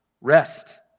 rest